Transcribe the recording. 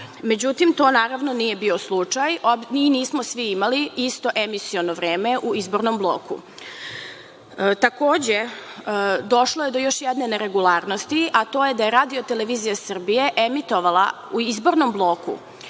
Međutim, to naravno nije bio slučaj i nismo svi imali isto emisiono vreme u izbornom bloku. Takođe, došlo je do još jedne neregularnosti, a to je da je RTS emitovala u izbornom bloku